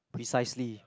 precisely